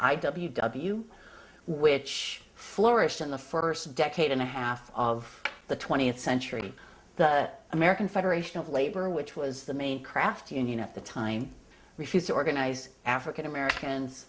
i w w which flourished in the first decade and a half of the twentieth century the american federation of labor which was the main craft union at the time refused to organize african americans